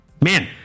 man